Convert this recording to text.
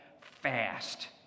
fast